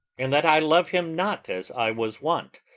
and that i love him not as i was wont.